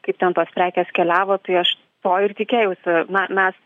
kaip ten tos prekės keliavo tai aš to ir tikėjausi na mes